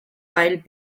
wild